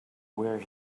where